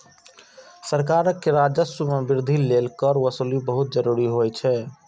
सरकार के राजस्व मे वृद्धि लेल कर वसूली बहुत जरूरी होइ छै